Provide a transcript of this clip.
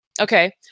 Okay